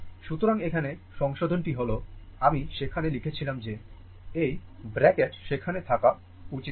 সুতরাং এখানে সংশোধন টি হল আমি সেখানে লিখেছিলাম যে এই ব্র্যাকেট সেখানে থাকা উচিত নয়